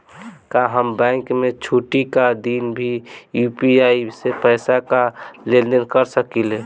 का हम बैंक के छुट्टी का दिन भी यू.पी.आई से पैसे का लेनदेन कर सकीले?